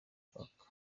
park